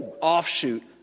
offshoot